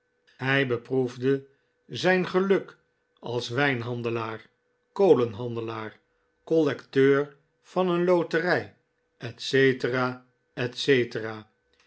hij beproefde zijn geluk als wijnhandelaar kolenhandelaar collecteur van een loterij etc etc